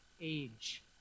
Age